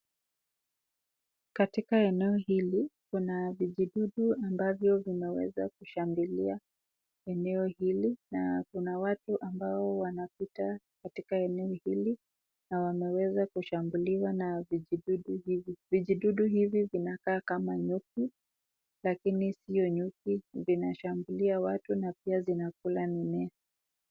Katika eneo hili kuna vijidudu ambavyo vimeweza kushambulia eneo hili na kuna watu ambao wanapita katika eneo hili na wameweza kushambuliwa na vijidudu hivi. Vijidudu hivi vinakaa kama nyuki lakini sio nyuki .Vinashambulia watu na pia zinakula mimea.